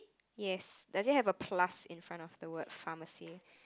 yes does it have a plus in front of the word pharmacy